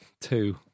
Two